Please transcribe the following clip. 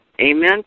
Amen